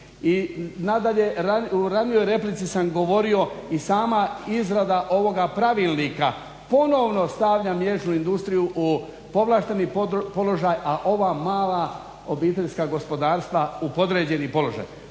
I nadalje, u ranijoj replici sam govorio i sama izrada ovoga pravilnika ponovno stavlja mliječnu industriju u povlašteni položaj, a ova mala obiteljska gospodarstva u podređeni položaj.